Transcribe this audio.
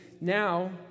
now